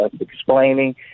explaining